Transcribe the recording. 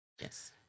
Yes